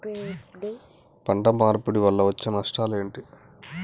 పంట మార్పిడి వల్ల వచ్చే నష్టాలు ఏమిటి?